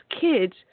kids